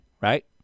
right